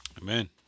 Amen